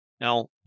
Now